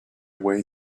way